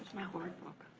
my board book?